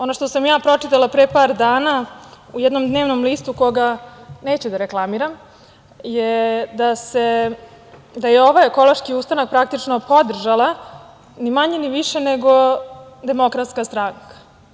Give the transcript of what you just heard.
Ono što sam ja pročitala pre par dana u jednom dnevnom listu koga neću da reklamiram je da je ovo ekološki ustanak, praktično podržala ni manje, ni više nego Demokratska stranka.